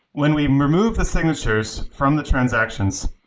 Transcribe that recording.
when we remove the signatures from the transactions,